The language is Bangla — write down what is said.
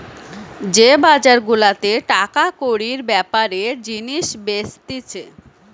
যে বাজার গুলাতে টাকা কড়ির বেপারে জিনিস বেচতিছে